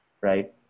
right